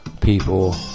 people